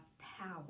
power